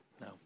No